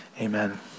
Amen